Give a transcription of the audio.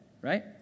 right